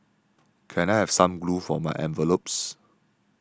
can I have some glue for my envelopes